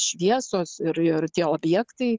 šviesos ir ir tie objektai